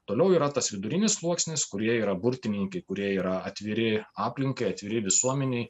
toliau yra tas vidurinis sluoksnis kurie yra burtininkai kurie yra atviri aplinkai atviri visuomenei